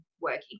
working